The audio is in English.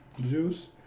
juice